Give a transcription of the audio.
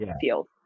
field